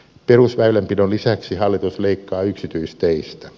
perusväylänpidon lisäksi hallitus leikkaa yksityisteistä